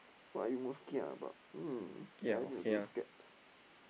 what are you most kia about hmm I don't scared